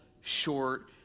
short